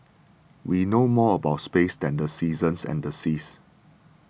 we know more about space than the seasons and the seas